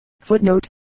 Footnote